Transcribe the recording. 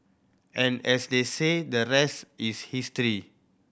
and as they say the rest is history